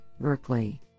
Berkeley